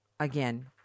Again